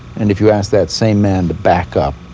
and if you ask that same man to back up,